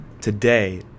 today